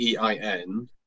EIN